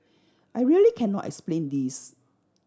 I really cannot explain this